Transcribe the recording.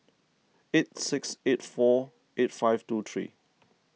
eight six eight four eight five two three